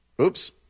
Oops